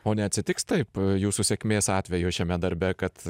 o neatsitiks taip jūsų sėkmės atveju šiame darbe kad